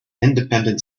independent